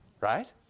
right